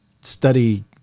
study